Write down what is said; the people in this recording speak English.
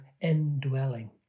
indwelling